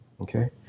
Okay